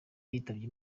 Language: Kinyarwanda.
yitabye